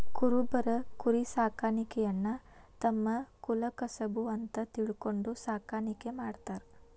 ಕುರಬರು ಕುರಿಸಾಕಾಣಿಕೆಯನ್ನ ತಮ್ಮ ಕುಲಕಸಬು ಅಂತ ತಿಳ್ಕೊಂಡು ಸಾಕಾಣಿಕೆ ಮಾಡ್ತಾರ